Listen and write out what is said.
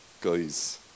guys